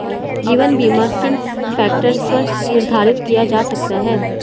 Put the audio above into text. जीवन बीमा किन फ़ैक्टर्स पर निर्धारित किया जा सकता है?